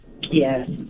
Yes